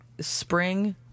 spring